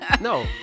No